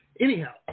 Anyhow